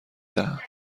دهم